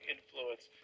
Influence